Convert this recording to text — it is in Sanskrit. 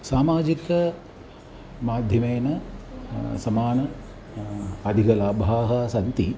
सामाजिकमाध्यमेन समानाः अधिकलाभाः सन्ति